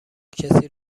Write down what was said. کسی